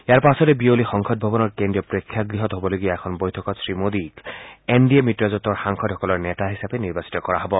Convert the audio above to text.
ইয়াৰ পাছতে বিয়লি সংসদ ভৱনৰ কেন্দ্ৰীয় প্ৰেক্ষাগৃহত হবলগীয়া এখন বৈঠকত শ্ৰীমোদীক এন ডি এ মিত্ৰজোঁটৰ সাংসদসকলৰ নেতা হিচাপে নিৰ্বাচিত কৰা হ'ব